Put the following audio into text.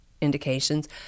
indications